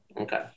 Okay